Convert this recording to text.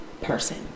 person